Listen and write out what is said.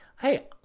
hey